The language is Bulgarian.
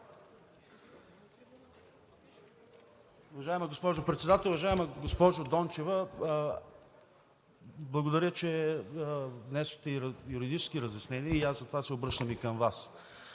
Уважаема госпожо Председател. уважаема госпожо Дончева, благодаря, че внесохте и юридически разяснения и аз затова се обръщам и към Вас.